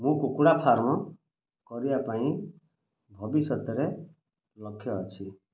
ମୁଁ କୁକୁଡ଼ା ଫାର୍ମ୍ କରିବା ପାଇଁ ଭବିଷ୍ୟତରେ ଲକ୍ଷ୍ୟ ଅଛି